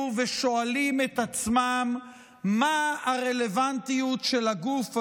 ושואלים את עצמם מה הרלוונטיות של הגוף הזה,